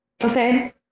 Okay